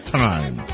time